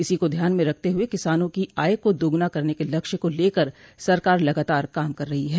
इसी को ध्यान में रखते हुए किसानों की आय का दोगुना करने के लक्ष्य को लेकर सरकार लगातार काम कर रही है